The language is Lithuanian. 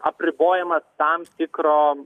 apribojamas tam tikro